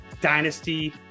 Dynasty